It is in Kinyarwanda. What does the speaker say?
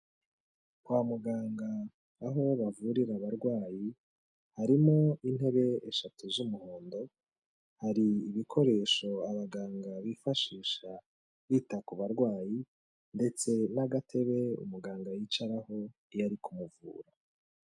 Kwa muganga aho bavurira abarwayi harimo intebe eshatu z'umuhondo, hari ibikoresho abaganga bifashisha bita ku barwayi ndetse n'agatebe umuganga yicaraho iyo ari kubavura.